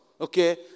Okay